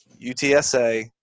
UTSA